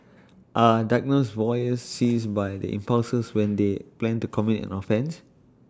are diagnosed voyeurs seized by their impulses when they plan to commit an offence